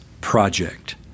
project